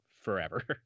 forever